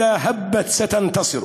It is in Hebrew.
אם יתעוררו, הם ינצחו".)